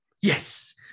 Yes